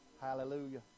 Hallelujah